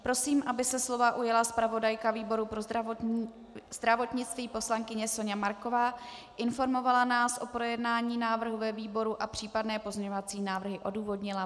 Prosím, aby se slova ujala zpravodajka výboru pro zdravotnictví poslankyně Soňa Marková, informovala nás o projednání návrhu ve výboru a případné pozměňovací návrhy odůvodnila.